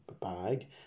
bag